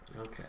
Okay